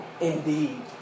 indeed